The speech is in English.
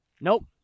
nope